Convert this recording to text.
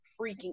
freaking